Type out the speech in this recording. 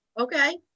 Okay